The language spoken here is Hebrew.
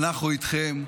אנחנו איתכם,